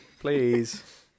Please